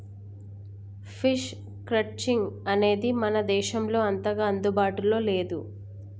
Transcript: sheep crutching అనేది మన దేశంలో అంతగా అందుబాటులో లేదు